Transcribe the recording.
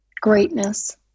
Greatness